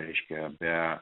reiškia be